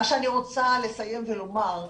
את אומרת